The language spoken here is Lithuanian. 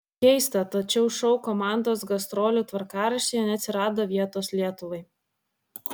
keista tačiau šou komandos gastrolių tvarkaraštyje neatsirado vietos lietuvai